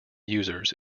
users